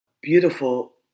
beautiful